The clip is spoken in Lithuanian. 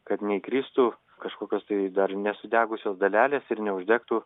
kad neįkristų kažkokios tai dar nesudegusios dalelės ir neuždegtų